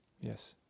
Yes